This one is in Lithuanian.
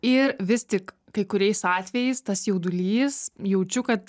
ir vis tik kai kuriais atvejais tas jaudulys jaučiu kad